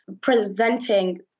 presenting